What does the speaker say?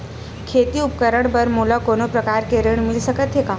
खेती उपकरण बर मोला कोनो प्रकार के ऋण मिल सकथे का?